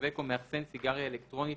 משווק או מאחסן סיגריה אלקטרונית,